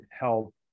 help